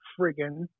friggin